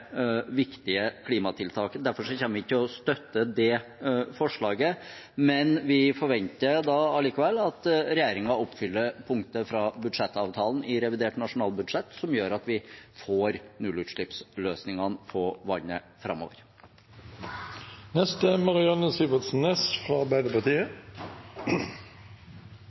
viktige klimatiltak. Derfor kommer vi ikke til å støtte det forslaget. Men vi forventer allikevel at regjeringen oppfyller punktet fra budsjettavtalen i revidert nasjonalbudsjett, som gjør at vi får nullutslippsløsningene på vannet framover. Jeg registrerer i debatten at representanten Thorheim fra